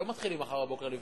לא מתחילים מחר בבוקר לבנות.